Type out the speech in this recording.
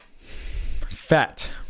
Fat